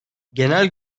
genel